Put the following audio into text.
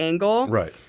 Right